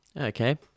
Okay